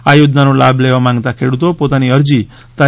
આ યોજનાનો લાભ લેવા માંગતા ખેડૂતો પોતાની અરજી તા